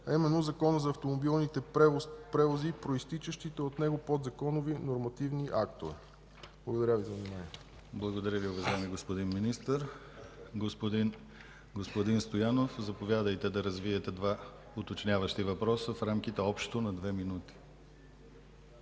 а именно Закона за автомобилните превози и произтичащите от него подзаконови нормативни актове. Благодаря Ви за вниманието. ПРЕДСЕДАТЕЛ ДИМИТЪР ГЛАВЧЕВ: Благодаря Ви, уважаеми господин Министър. Господин Стоянов, заповядайте да развиете два уточняващи въпроса в рамките общо на две минути.